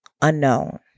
unknown